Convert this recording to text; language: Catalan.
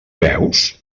veus